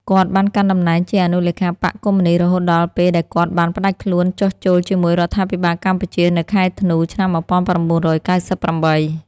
គាត់ បានកាន់តំណែងជាអនុលេខាបក្សកុម្មុយនិស្តរហូតដល់ពេលដែលគាត់បានផ្តាច់ខ្លួនចុះចូលជាមួយរដ្ឋាភិបាលកម្ពុជា នៅខែធ្នូ ឆ្នាំ១៩៩៨។